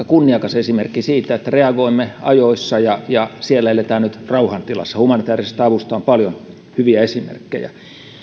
kunniakas esimerkki siitä että reagoimme ajoissa ja ja siellä eletään nyt rauhan tilassa humanitäärisestä avusta on paljon hyviä esimerkkejä